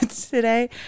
today